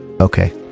okay